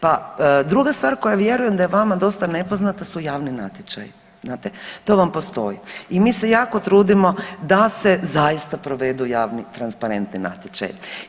Pa druga stvar koja vjerujem da je vama dosta nepoznata su javni natječaji, znate to vam postoji i mi se jako trudimo da se zaista provedu javni transparentni natječaji.